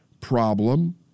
problem